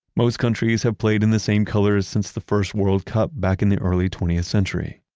most countries have played in the same colors since the first world cup back in the early twentieth century.